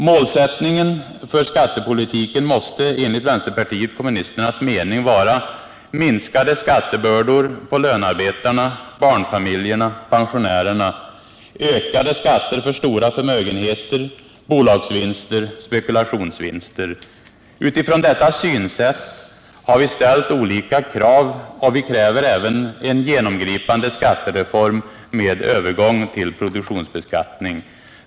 Målsättningen för skattepolitiken måste enligt vänsterpartiet kommunisternas mening vara minskade skattebördor på lönearbetarna, barnfamiljerna, pensionärerna — ökade skatter för stora förmögenheter, bolagsvinster, spekulationsvinster. Utifrån detta synsätt har vi ställt olika krav, och vi kräver även en genomgripande skattereform med övergång till produktionsbeskattning.